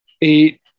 eight